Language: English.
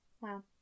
Wow